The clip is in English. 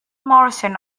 morrison